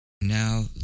Now